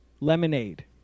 lemonade